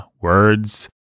words